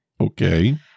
Okay